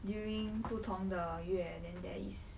during 不同的月 then there is